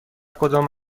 کدام